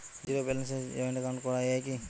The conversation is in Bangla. জীরো ব্যালেন্সে জয়েন্ট একাউন্ট করা য়ায় কি?